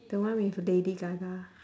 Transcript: the one with lady gaga